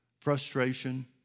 frustration